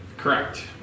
Correct